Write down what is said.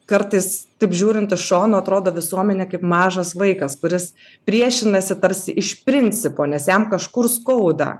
kartais taip žiūrint iš šono atrodo visuomenė kaip mažas vaikas kuris priešinasi tarsi iš principo nes jam kažkur skauda